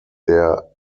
der